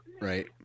Right